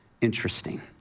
interesting